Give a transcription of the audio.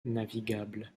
navigable